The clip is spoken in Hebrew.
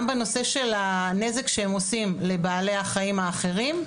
גם בנושא של הנזק שהם עושים לבעלי החיים האחרים,